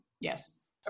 Yes